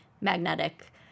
magnetic